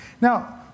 Now